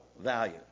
value